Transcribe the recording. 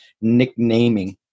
nicknaming